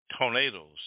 Tornadoes